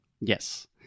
Yes